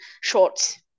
shorts